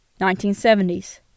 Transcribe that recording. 1970s